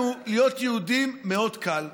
לנו, להיות יהודים מאוד קל.